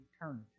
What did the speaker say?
eternity